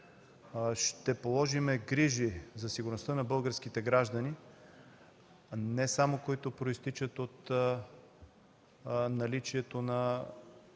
ще положим грижи за сигурността на българските граждани не само които произтичат от наличието на